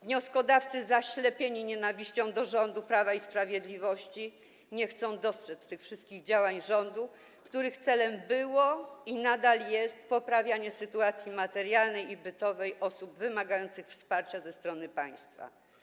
Wnioskodawcy zaślepieni nienawiścią do rządu Prawa i Sprawiedliwości nie chcą dostrzec tych wszystkich działań rządu, których celem było i nadal jest poprawianie sytuacji materialnej i bytowej osób wymagających wsparcia ze strony państwa.